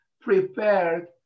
prepared